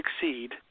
succeed